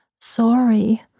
Sorry